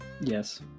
Yes